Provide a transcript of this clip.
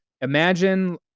imagine